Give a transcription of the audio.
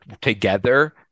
together